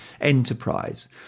enterprise